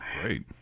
Great